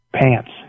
Pants